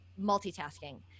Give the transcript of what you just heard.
multitasking